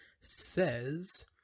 says